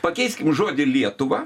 pakeiskim žodį lietuvą